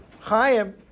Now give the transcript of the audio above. Chaim